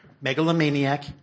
Megalomaniac